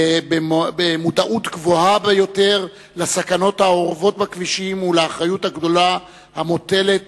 במודעות גבוהה ביותר לסכנות האורבות בכבישים ולאחריות הגדולה המוטלת,